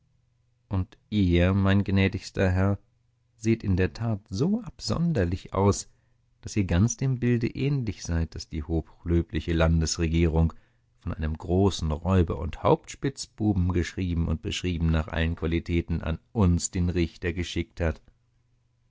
und ihr mein gnädigster herr seht in der tat so absonderlich aus daß ihr ganz dem bilde ähnlich seid das die hochlöbliche landesregierung von einem großen räuber und hauptspitzbuben geschrieben und beschrieben nach allen qualitäten an uns den richter geschickt hat